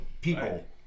People